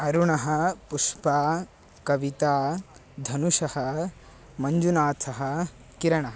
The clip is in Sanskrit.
अरुणः पुष्पं कविता धनुषः मञ्जुनाथः किरणः